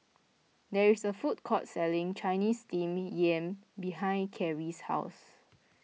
there is a food court selling Chinese Steamed Yam behind Kyrie's house